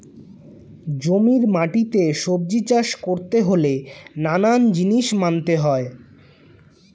জমির মাটিতে সবজি চাষ করতে হলে নানান জিনিস মানতে হয়